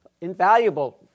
invaluable